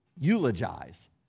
eulogize